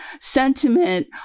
sentiment